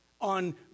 on